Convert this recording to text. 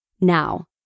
Now